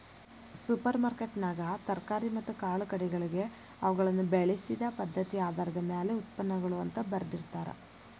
super ಮಾರ್ಕೆಟ್ನ್ಯಾಗ ತರಕಾರಿ ಮತ್ತ ಕಾಳುಕಡಿಗಳಿಗೆ ಅವುಗಳನ್ನ ಬೆಳಿಸಿದ ಪದ್ಧತಿಆಧಾರದ ಮ್ಯಾಲೆ ಉತ್ಪನ್ನಗಳು ಅಂತ ಬರ್ದಿರ್ತಾರ